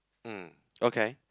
mm okay